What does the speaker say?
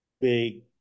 big